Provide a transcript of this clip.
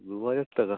দু হাজার টাকা